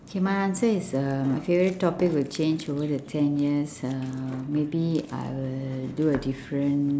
okay my answer is uh my favourite topic would change over the ten years maybe I would do a different